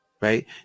right